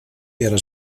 era